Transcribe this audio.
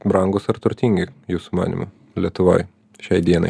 brangūs ar turtingi jūsų manymu lietuvoj šiai dienai